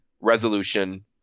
resolution